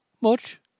Much